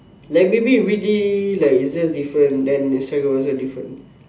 like maybe in Whitley like is just different then is also different